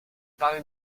parler